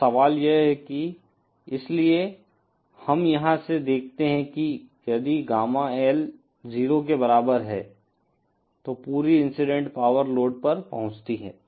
अब सवाल यह है इसलिए हम यहाँ से देखते हैं कि यदि गामा एल 0 के बराबर है तो पूरी इंसिडेंट पावर लोड पर पहुँचती है